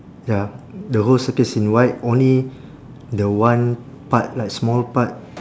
ya the whole circle is in white only the one part like small part